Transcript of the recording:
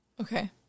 Okay